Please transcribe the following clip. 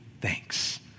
thanks